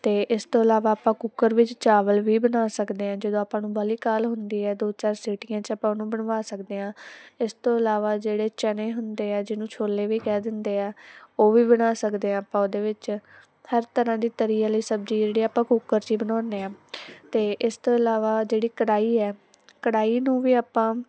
ਅਤੇ ਇਸ ਤੋਂ ਇਲਾਵਾ ਆਪਾਂ ਕੂਕਰ ਵਿੱਚ ਚਾਵਲ ਵੀ ਬਣਾ ਸਕਦੇ ਹੈ ਜਦੋਂ ਆਪਾਂ ਨੂੰ ਬਾਹਲੀ ਕਾਹਲ ਹੁੰਦੀ ਹੈ ਦੋ ਚਾਰ ਸੀਟੀਆਂ 'ਚ ਆਪਾਂ ਉਹਨੂੰ ਬਣਵਾ ਸਕਦੇ ਹਾਂ ਇਸ ਤੋਂ ਇਲਾਵਾ ਜਿਹੜੇ ਚਨੇ ਹੁੰਦੇ ਹੈ ਜਿਹਨੂੰ ਛੋਲੇ ਵੀ ਕਹਿ ਦਿੰਦੇ ਹੈ ਉਹ ਵੀ ਬਣਾ ਸਕਦੇ ਹੈ ਆਪਾਂ ਉਹਦੇ ਵਿੱਚ ਹਰ ਤਰ੍ਹਾਂ ਦੀ ਤਰੀ ਵਾਲੀ ਸਬਜ਼ੀ ਜਿਹੜੀ ਆਪਾਂ ਕੂਕਰ 'ਚ ਹੀ ਬਣਾਉਂਦੇ ਹਾਂ ਅਤੇ ਇਸ ਤੋਂ ਇਲਾਵਾ ਜਿਹੜੀ ਕੜਾਹੀ ਹੈ ਕੜਾਹੀ ਨੂੰ ਵੀ ਆਪਾਂ